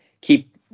keep